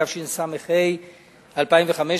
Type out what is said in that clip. התשס"ה 2005,